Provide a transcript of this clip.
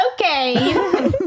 Okay